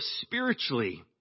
spiritually